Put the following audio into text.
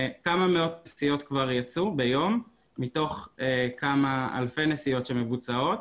כמה מאות נסיעות כבר יצאו ביום מתוך כמה אלפי נסיעות שמבוצעות